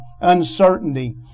uncertainty